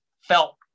felt